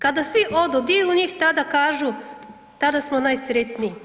Kada svi odu, dio njih tada kažu, tada smo najsretniji.